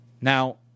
Now